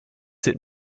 sind